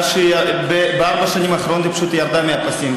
אחרי שבארבע השנים האחרונות היא פשוט ירדה מהפסים.